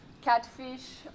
catfish